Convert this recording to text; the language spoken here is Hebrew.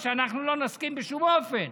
מה שאנחנו לא נסכים בשום אופן,